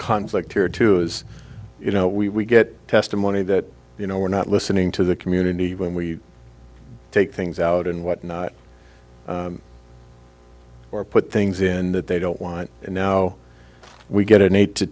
conflict here too as you know we get testimony that you know we're not listening to the community when we take things out and what not or put things in that they don't want and now we get an eight to